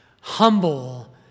humble